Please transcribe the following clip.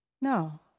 No